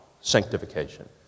Sanctification